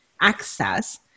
access